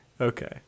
Okay